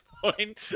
point